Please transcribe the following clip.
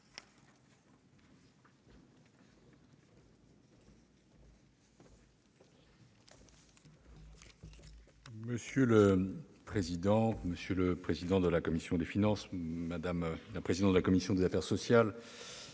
Monsieur le président, monsieur le président de la commission des finances, madame la présidente de la commission des affaires sociales,